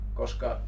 koska